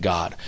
God